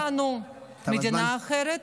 תם הזמן.